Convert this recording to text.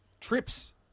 trips